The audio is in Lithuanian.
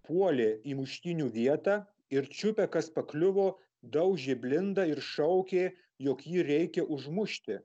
puolė į muštynių vietą ir čiupę kas pakliuvo daužė blindą ir šaukė jog jį reikia užmušti